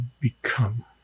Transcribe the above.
become